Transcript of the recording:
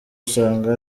usanga